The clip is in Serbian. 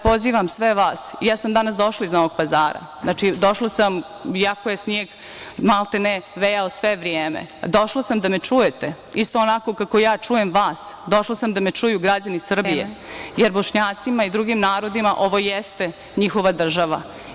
Pozivam sve vas, ja sam danas došla iz Novog Pazara, došla sam iako je sneg, maltene vejao sve vreme, došla sam da me čujete, isto onako kako ja čujem vas, došla sam da me čuju građani Srbije, jer Bošnjacima i drugim narodima ovo jeste njihova država.